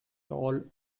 tall